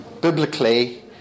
biblically